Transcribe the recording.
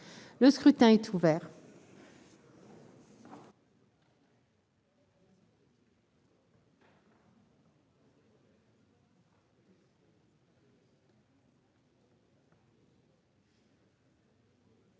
Le scrutin est ouvert.